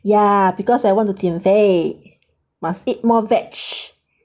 ya because I want to 减肥 must eat more veg~